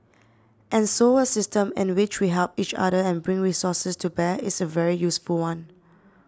and so a system in which we help each other and bring resources to bear is a very useful one